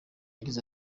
yagize